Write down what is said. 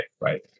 right